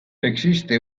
existe